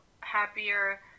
happier